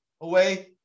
away